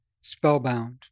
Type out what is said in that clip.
spellbound